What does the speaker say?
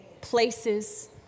places